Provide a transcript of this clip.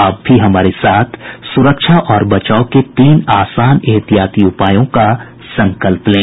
आप भी हमारे साथ सुरक्षा और बचाव के तीन आसान एहतियाती उपायों का संकल्प लें